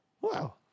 Wow